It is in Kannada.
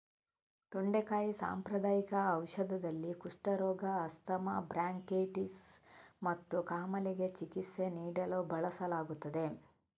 ತೊಂಡೆಕಾಯಿ ಸಾಂಪ್ರದಾಯಿಕ ಔಷಧದಲ್ಲಿ, ಕುಷ್ಠರೋಗ, ಆಸ್ತಮಾ, ಬ್ರಾಂಕೈಟಿಸ್ ಮತ್ತು ಕಾಮಾಲೆಗೆ ಚಿಕಿತ್ಸೆ ನೀಡಲು ಬಳಸಲಾಗುತ್ತದೆ